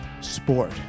sport